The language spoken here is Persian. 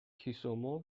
کیسومو